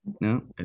No